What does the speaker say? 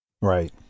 Right